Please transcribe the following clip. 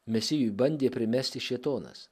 mesijui bandė primesti šėtonas